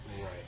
right